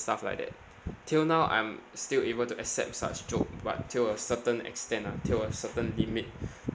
stuff like that till now I'm still able to accept such joke but till a certain extent ah till a certain limit